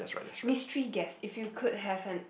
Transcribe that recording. mystery guess if you could have an